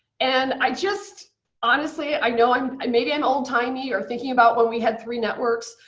and i just honestly i know i'm i'm maybe i'm old-timey or thinking about when we had three networks,